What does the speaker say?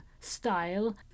style